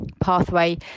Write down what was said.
pathway